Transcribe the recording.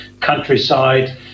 countryside